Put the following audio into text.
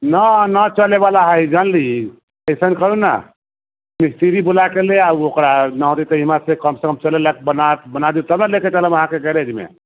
ना ना चलैवला हइ जानली अइसन करू ने मिस्त्री बुला कऽ ले आउ ओकरा न हेतै तऽ एम्हरसँ कमसँ कम चलै लायक बना बना देतै तब ने ले के चलब अहाँके गैरेजमे